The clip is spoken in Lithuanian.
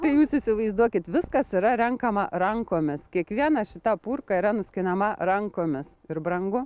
tai jūs įsivaizduokit viskas yra renkama rankomis kiekvieną šita purka yra nuskinama rankomis ir brangu